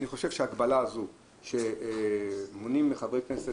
אני חושב שההגבלה הזאת שמונעים מחברי כנסת